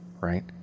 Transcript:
Right